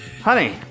Honey